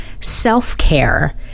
self-care